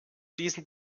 diesen